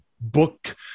book